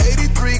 83